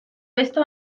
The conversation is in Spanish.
esta